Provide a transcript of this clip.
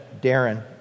Darren